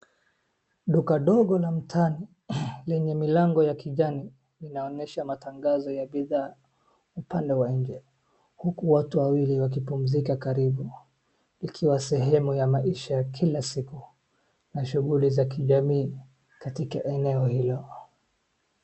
Duka ndogo la mtaani lenye milango wa kijani inaonyesha matangazo ya bidhaa upande wa nje huku watu wawili wakipumzika karibu ikiwa sehemu ya maisha kila siku na shughuli ya kijamii katika eneo hilo.